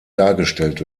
dargestellt